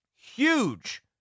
Huge